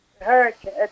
Hurricane